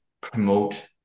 promote